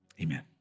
amen